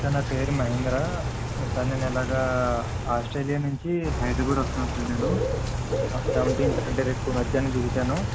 sir నాపేరు Mahindra sir నేను ఇలాగ ఆస్ట్రేలియా నుంచి హైదరాబాద్ వస్తున్నాను సార్ నేను సెవెంటీన్త్ అంటే రేపు మధ్యాహ్నం దిగుతాను